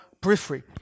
periphery